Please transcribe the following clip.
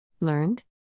Learned